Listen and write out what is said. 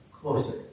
closer